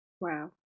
Wow